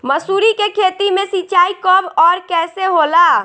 मसुरी के खेती में सिंचाई कब और कैसे होला?